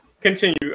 continue